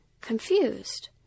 confused